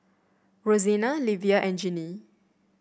Rosena Livia and Ginny